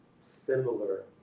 similar